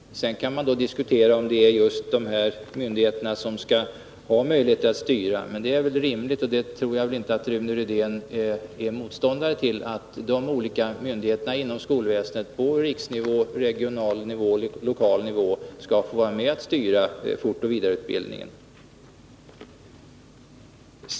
Sedan kan man diskutera om det just är dessa myndigheter som skall ha möjligheter att styra, men det är väl rimligt, och jag tror inte att Rune Rydén är motståndare till att de olika myndigheterna inom skolväsendet, på riksnivå, regional nivå och lokal nivå, får vara med och styra fortoch vidareutbildningen.